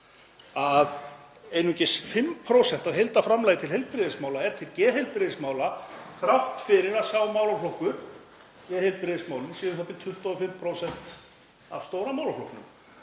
að einungis 5% af heildarframlagi til heilbrigðismála er til geðheilbrigðismála þrátt fyrir að sá málaflokkur, geðheilbrigðismálin, sé u.þ.b. 25% af stóra málaflokknum.